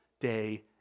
day